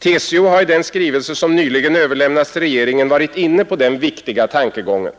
TCO har i den skrivelse som nyligen överlämnats till regeringen varit inne på den viktiga tankegången.